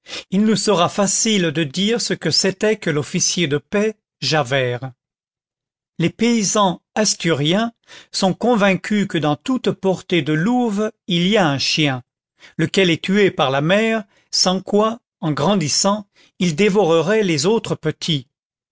il nous sera facile de dire ce que c'était que l'officier de paix javert les paysans asturiens sont convaincus que dans toute portée de louve il y a un chien lequel est tué par la mère sans quoi en grandissant il dévorerait les autres petits